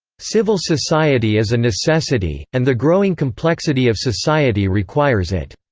civil society is a necessity, and the growing complexity of society requires it.